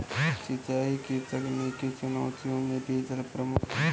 सिंचाई की तकनीकी चुनौतियों में डीजल प्रमुख है